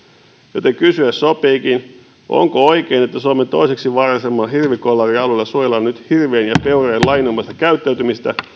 joten kysyä sopiikin onko oikein että suomen toiseksi vaarallisimmalla hirvikolarialueella suojellaan nyt hirvien ja peurojen lajinomaista käyttäytymistä